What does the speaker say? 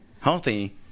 healthy